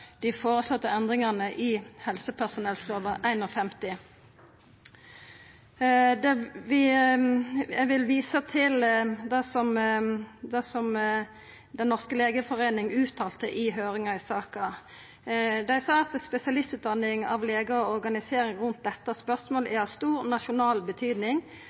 dei føreslåtte endringane i helsepersonellova § 51. Eg vil visa til det som Den norske legeforening uttalte i høyringa i saka: «Spesialistutdanningen av leger og organiseringen rundt dette er spørsmål av stor nasjonal betydning.